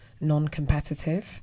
non-competitive